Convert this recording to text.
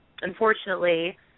unfortunately